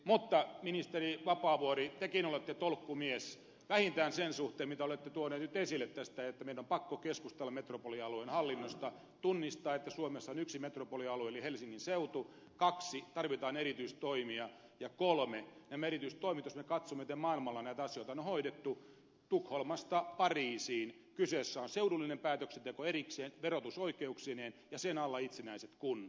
mutta ministeri vapaavuori tekin olette tolkkumies vähintään sen suhteen mitä olette tuonut nyt esille tästä että meidän on pakko keskustella metropolialueen hallinnosta tunnistaa että suomessa on yksi metropolialue eli helsingin seutu toiseksi tarvitaan erityistoimia ja kolmanneksi näissä erityistoimissa jos me katsomme miten maailmalla näitä asioita on hoidettu tukholmasta pariisiin kyseessä on seudullinen päätöksenteko erikseen verotusoikeuksineen ja sen alla itsenäiset kunnat